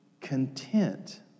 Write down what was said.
content